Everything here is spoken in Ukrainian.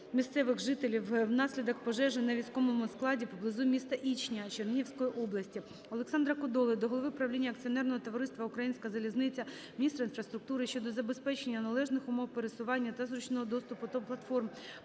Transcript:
місцевих жителів внаслідок пожежі на військовому складі поблизу міста Ічня Чернігівської області. Олександра Кодоли до Голови правління акціонерного товариства "Українська залізниця", міністра інфраструктури щодо забезпечення належних умов пересування та зручного доступу до платформ